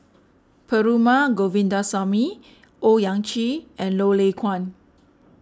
Perumal Govindaswamy Owyang Chi and Lay Kuan